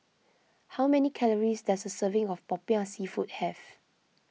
how many calories does a serving of Popiah Seafood have